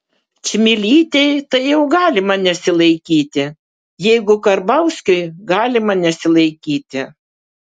čmilytei tai jau galima nesilaikyti jeigu karbauskiui galima nesilaikyti